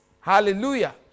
hallelujah